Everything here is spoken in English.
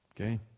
okay